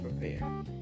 prepare